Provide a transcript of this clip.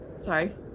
sorry